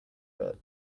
bit